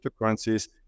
cryptocurrencies